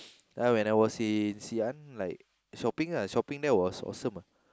uh when I was in Xi-An like shopping lah shopping there was awesome ah